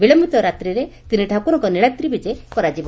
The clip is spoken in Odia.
ବିଳଧିତ ରାତ୍ରିରେ ତିନିଠାକୁରଙ୍କ ନିଳାଦ୍ରୀ ବିଜେ କରାଯିବ